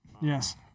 Yes